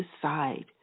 decide